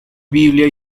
biblia